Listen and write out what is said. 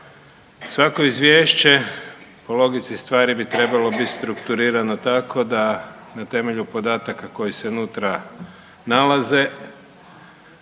Svako izvješće po logici stvari bi trebalo biti strukturirano tako da na temelju podataka koji se unutra nalaze